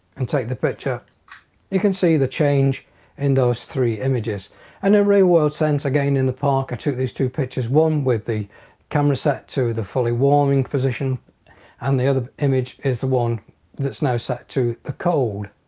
and take the picture you can see the change in those three images and a real world sense again in the park i took these two pictures one with the camera set to the fully warming position and the other image is the one that's now set to the cold.